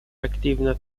активно